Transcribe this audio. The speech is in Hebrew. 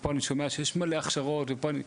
ופה אני שומע שיש מלא הכשרות ופה אני,